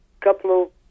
couple